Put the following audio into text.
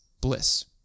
bliss